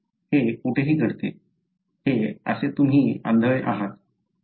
हे कुठेही घडते हे जसे तुम्ही आंधळे आहात